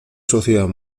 sociedad